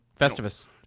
Festivus